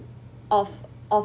of of